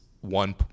one